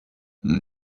did